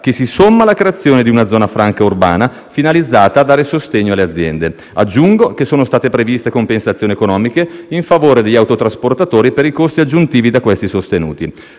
che si somma alla creazione di una zona franca urbana finalizzata a dare sostegno alle aziende. Aggiungo che sono state previste compensazioni economiche in favore degli autotrasportatori per i costi aggiuntivi da questi sostenuti.